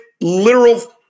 literal